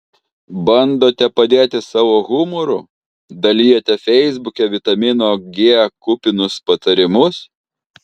bandote padėti savo humoru dalijate feisbuke vitamino g kupinus patarimus